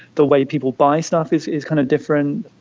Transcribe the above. the way people buy stuff is is kind of different.